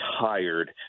tired